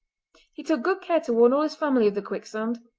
he took good care to warn all his family of the quicksand,